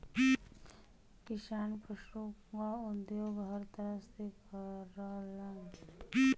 किसान पसु क उपयोग हर तरह से करलन